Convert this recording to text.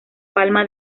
palma